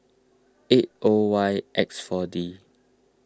eight O Y X four D